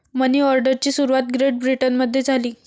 मनी ऑर्डरची सुरुवात ग्रेट ब्रिटनमध्ये झाली